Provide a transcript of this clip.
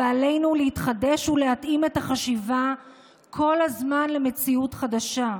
ועלינו להתחדש ולהתאים את החשיבה כל הזמן למציאות חדשה.